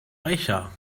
reicher